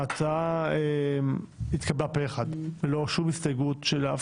ההצעה התקבלה פה אחד ללא שום הסתייגות של אף